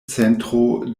centro